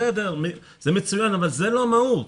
בסדר, זה מצוין, אבל זאת לא המהות.